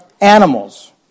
animals